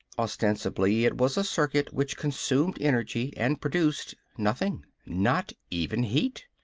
ostensibly, it was a circuit which consumed energy and produced nothing not even heat.